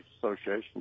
Association